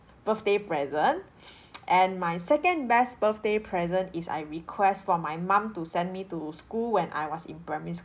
birthday present and my second best birthday present is I request for my mum to send me to school when I was in primary